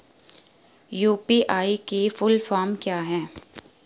UPI की full form क्या है?